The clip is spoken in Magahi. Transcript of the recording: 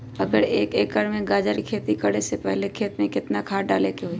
अगर एक एकर में गाजर के खेती करे से पहले खेत में केतना खाद्य डाले के होई?